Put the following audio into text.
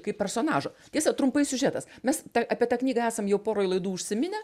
kaip personažo tiesa trumpai siužetas mes apie tą knygą esam jau poroj laidų užsiminę